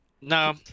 No